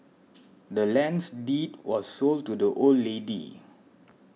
the land's deed was sold to the old lady